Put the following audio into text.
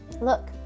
Look